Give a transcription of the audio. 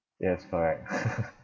yes correct